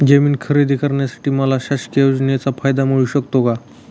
जमीन खरेदी करण्यासाठी मला शासकीय योजनेचा फायदा मिळू शकतो का?